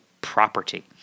property